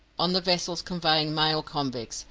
on the vessels conveying male convicts,